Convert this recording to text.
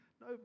No